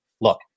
look